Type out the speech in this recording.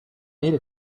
made